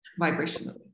Vibrationally